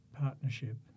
partnership